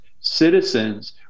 citizens